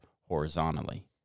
horizontally